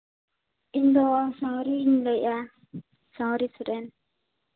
ᱤᱧᱫᱚ ᱥᱟᱣᱨᱤ ᱞᱟᱹᱭᱮᱜᱼᱟ ᱥᱟᱣᱨᱤ ᱥᱚᱨᱮᱱ